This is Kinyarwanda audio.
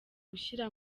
gushyira